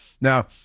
Now